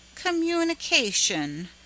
communication